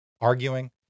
arguing